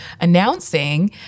announcing